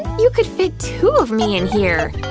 you could fit two of me in here!